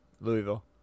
Louisville